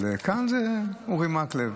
אבל כאן זה אורי מקלב,